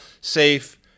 safe